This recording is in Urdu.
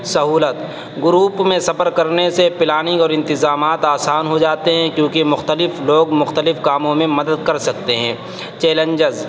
سہولت گروپ میں سفر کرنے سے پلاننگ اور انتظامات آسان ہو جاتے ہیں کیونکہ مختلف لوگ مختلف کاموں میں مدد کر سکتے ہیں چیلنجز